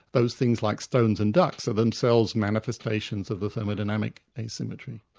those things like stones and ducks are themselves manifestations of the thermodynamic asymmetry.